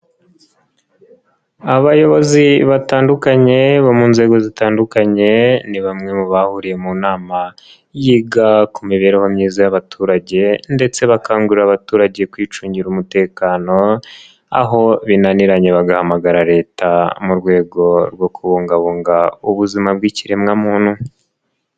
Abayobozi batandukanye bo mu nzego zitandukanye, ni bamwe mu bahuriye mu nama yiga ku mibereho myiza y'abaturage ndetse bakangurira abaturage kwicungira umutekano, aho binaniranye bagahampagara Leta mu rwego rwo kubungabunga ubuzima bw'ikiremwamuntu.